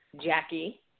Jackie